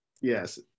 Yes